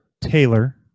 Taylor